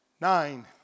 Nine